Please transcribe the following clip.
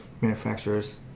manufacturers